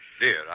dear